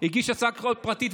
הגיש הצעת חוק פרטית,